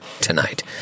tonight